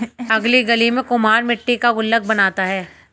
अगली गली में कुम्हार मट्टी का गुल्लक बनाता है